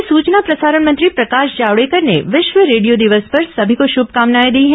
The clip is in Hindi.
केंद्रीय सूचना प्रसारण मंत्री प्रकाश जावड़ेकर ने विश्व रेडियो दिवस पर सभी को श्र्मकामनाएं दी हैं